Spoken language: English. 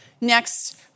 Next